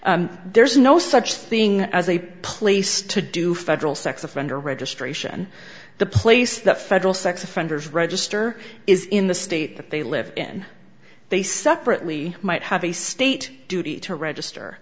there's no such thing as a place to do federal sex offender registration the place that federal sex offenders register is in the state that they live in they separately might have a state duty to register